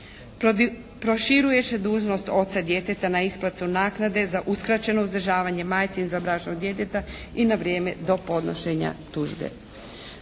Proširuje se dužnost oca djeteta na isplatu naknade za uskraćeno uzdržavanje majci izvanbračnog djeteta i na vrijeme do podnošenja tužbe.